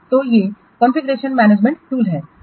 तो ये configuration management tool हैं